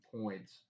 points